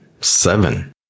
seven